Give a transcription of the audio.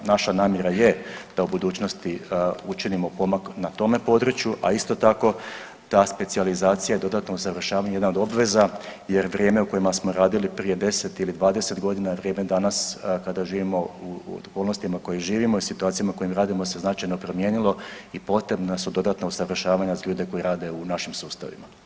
Naša namjera je da u budućnosti učinimo pomak na tome području, a isto tako, ta specijalizacija i dodatno usavršavanje je jedna od obveza jer vrijeme u kojima smo radili prije 10 ili 20 godina i vrijeme danas kada živimo u okolnostima u kojima živimo i situacijama kojim radimo se značajno promijenilo i potrebna su dodatna usavršavanja za ljude koji rade u našim sustavima.